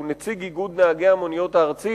שהוא נציג איגוד נהגי המוניות הארצי,